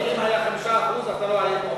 כי אם היה 5% אתה לא היית עובר,